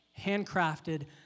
handcrafted